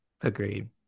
Agreed